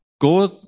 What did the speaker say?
God